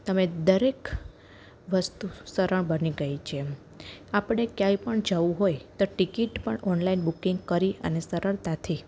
તમે દરેક વસ્તુ સરળ બની ગઈ છે આપણે ક્યાંય પણ જવું હોય તો ટિકિટ પણ ઓનલાઈન બૂકિંગ કરી અને સરળતાથી